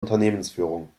unternehmensführung